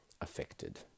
affected